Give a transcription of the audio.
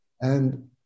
And-